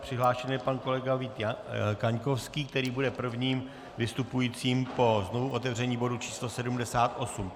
Přihlášen je pan kolega Víťa Kaňkovský, který bude prvním vystupujícím po znovuotevření bodu číslo 78.